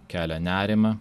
kelia nerimą